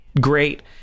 great